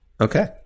Okay